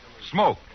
Smoke